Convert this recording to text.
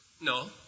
No